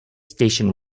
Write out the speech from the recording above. station